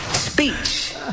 Speech